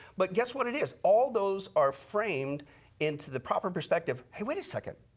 but guess what it is? all those are framed into the proper perspective, hey, wait a second.